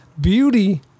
beauty